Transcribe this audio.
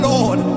Lord